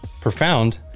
profound